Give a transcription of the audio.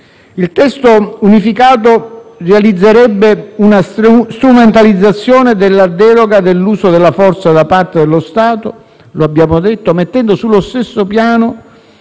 Il testo unificato realizzerebbe una strumentalizzazione della deroga dell'uso della forza da parte dello Stato - lo abbiamo detto - mettendo sullo stesso piano,